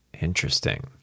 Interesting